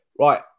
Right